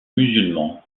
musulmans